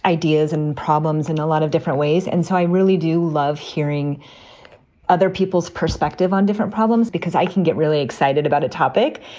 ideas and problems and a lot of different ways. and so i really do love hearing other people's perspective on different problems because i can get really excited about a topic.